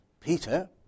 Peter